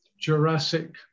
jurassic